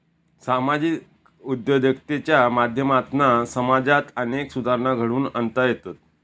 सामाजिक उद्योजकतेच्या माध्यमातना समाजात अनेक सुधारणा घडवुन आणता येतत